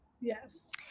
yes